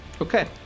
Okay